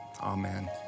Amen